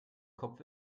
kopf